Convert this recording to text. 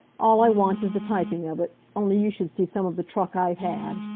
all i want is the typing of it, only you should see some of the truck i've had!